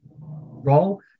role